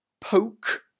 poke